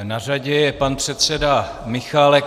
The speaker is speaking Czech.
Na řadě je pan předseda Michálek.